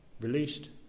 released